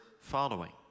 following